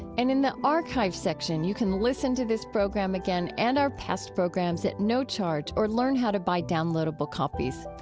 and in the archives section, you can listen to this program again and our past programs at no charge, or learn how to buy downloadable copies.